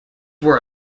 were